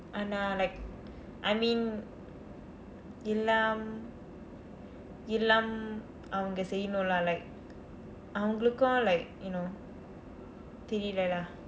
ஆனா:aanaa like I mean எல்லாம் எல்லாம் அவங்க செய்யணும்:ellaam ellaam avnga seyyanum lah like அவங்களுக்கும்:avangkalukkum like you know தெரியில்ல:theriyilla lah